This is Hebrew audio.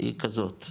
היא כזאת,